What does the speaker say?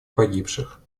погибших